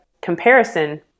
comparison